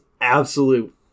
absolute